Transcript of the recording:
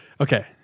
Okay